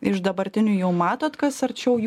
iš dabartinių jau matot kas arčiau